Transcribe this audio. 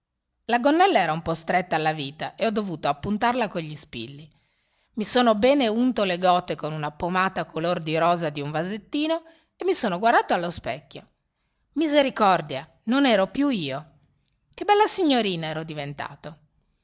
la gonnella era un po stretta alla vita e ho dovuto appuntarla con gli spilli i sono bene unto le gote con una pomata color di rosa di un vasettino e mi sono guardato allo specchio misericordia non ero più io che bella signorina ero diventato